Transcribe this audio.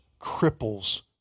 cripples